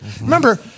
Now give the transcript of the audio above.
Remember